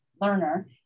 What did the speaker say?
learner